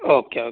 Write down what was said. okay okay